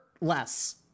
less